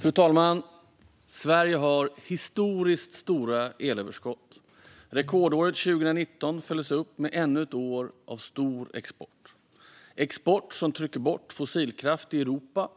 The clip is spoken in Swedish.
Fru talman! Sverige har historiskt stora elöverskott. Rekordåret 2019 följdes upp av ännu ett år av stor export. Det är export som trycker bort fossilkraft i Europa